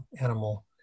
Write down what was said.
animal